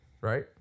Right